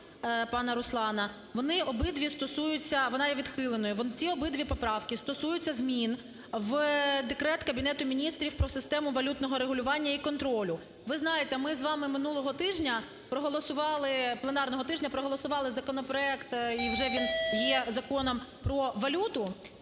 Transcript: пана Руслана, вони обидві стосуються… Вона є відхиленою. Ці обидві поправки стосуються змін в декрет Кабінету Міністрів про систему валютного регулювання і контролю. Ви знаєте, ми з вами минулого тижня проголосували, пленарного тижня проголосували законопроект і вже він є Законом про валюту